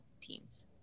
teams